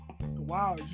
wow